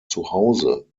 zuhause